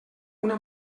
una